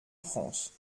france